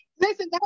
Listen